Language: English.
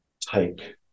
take